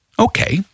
Okay